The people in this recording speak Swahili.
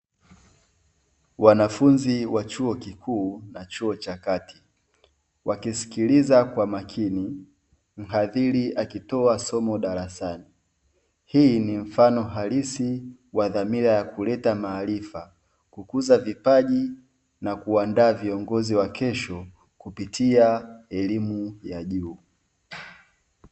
Wanafunzi wa chuo kikuu na chuo cha kati wakisikiliza kwa makini mhadhiri akitoa somo darasani hii ni mfano halisisi wa dhamira ya kuleta maarifa, kukuza vipaji na kuandaa viongozi wa kesho kupitia elimu ya juu.